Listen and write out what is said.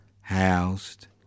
housed